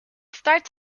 starts